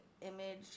image